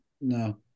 no